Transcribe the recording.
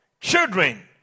Children